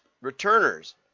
Returners